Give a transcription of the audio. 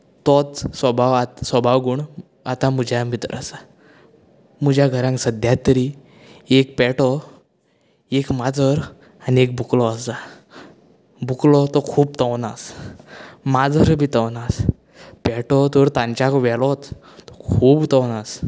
तोच स्वभावांत स्वभाव गूण आता म्हज्याय भितर आसा म्हज्या घरांन सद्द्यां तरी एक पेटो एक माजर आनी एक बुकलो आसा बुकलो तो खूब तवनास माजरय बीन तवनास पेटो तर तांचाय वेगळोच तो खूब तवनास